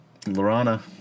Lorana